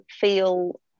feel